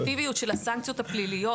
צריך סנקציה לא פלילית.